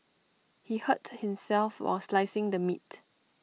he hurt himself while slicing the meat